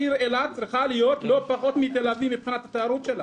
העיר אילת צריכה להיות לא פחות מתל אביב מבחינת התיירות שלה.